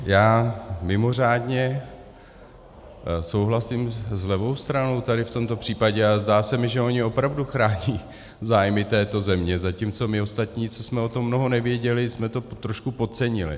Já mimořádně souhlasím s levou stranou tady v tomto případě, ale zdá se mi, že oni opravdu chrání zájmy této země, zatímco my ostatní, co jsme o tom mnoho nevěděli, jsme to trošku podcenili.